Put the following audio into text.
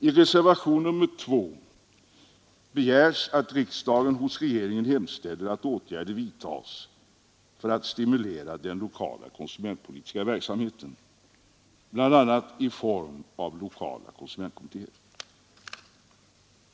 I reservationen 2 begärs att riksdagen hos regeringen hemställer om att åtgärder vidtas för att stimulera den lokala konsumentpolitiska verksamheten, bl.a. i form av lokala konsumentkommittéer.